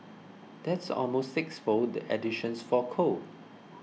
that's almost sixfold the additions for coal